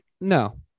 No